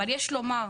אבל יש לומר,